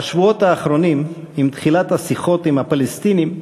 בשבועות האחרונים, עם תחילת השיחות עם הפלסטינים,